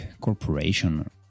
corporation